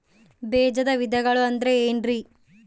ಬೇಜದ ವಿಧಗಳು ಅಂದ್ರೆ ಏನ್ರಿ?